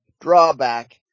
drawback